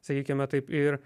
sakykime taip ir